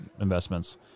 investments